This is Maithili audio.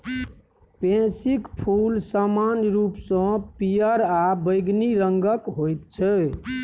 पैंसीक फूल समान्य रूपसँ पियर आ बैंगनी रंगक होइत छै